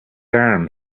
arm